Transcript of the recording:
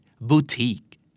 Boutique